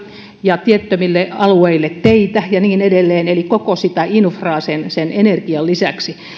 ja tiettömille alueille teitä ja niin edelleen eli koko sitä infraa energian lisäksi